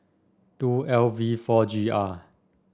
two L V four G R